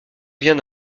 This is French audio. vient